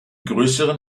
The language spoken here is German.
größeren